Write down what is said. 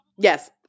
Yes